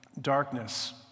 darkness